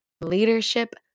leadership